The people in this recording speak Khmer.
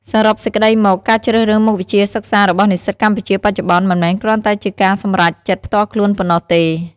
សរុបសេចក្តីមក ការជ្រើសរើសមុខវិជ្ជាសិក្សារបស់និស្សិតកម្ពុជាបច្ចុប្បន្ន មិនមែនគ្រាន់តែជាការសម្រេចចិត្តផ្ទាល់ខ្លួនប៉ុណ្ណោះទេ។